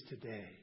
today